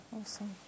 awesome